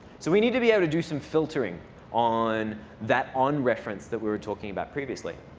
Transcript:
so we need to be able to do some filtering on that on reference that we were talking about previously.